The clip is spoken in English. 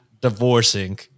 divorcing